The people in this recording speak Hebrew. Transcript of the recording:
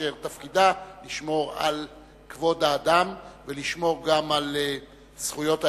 כאשר תפקידה לשמור על כבוד האדם ולשמור גם על זכויות האזרח.